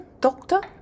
Doctor